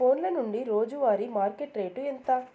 ఫోన్ల నుండి రోజు వారి మార్కెట్ రేటు ఎంత?